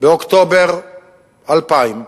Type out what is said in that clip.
שהיו באוקטובר 2000,